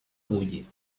bulli